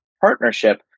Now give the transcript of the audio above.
partnership